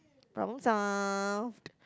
problem solved